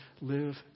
live